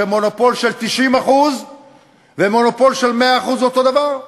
שמונופול של 90% ומונופול של 100% זה אותו דבר,